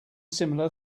similar